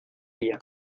ella